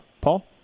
Paul